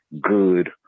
good